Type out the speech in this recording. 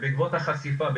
ובעקבות החשיפה,